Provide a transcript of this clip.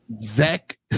Zach